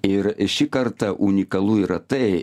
ir šį kartą unikalu yra tai